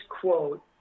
quote